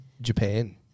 Japan